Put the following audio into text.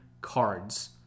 cards